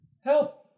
Help